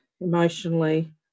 emotionally